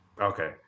Okay